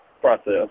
process